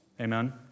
Amen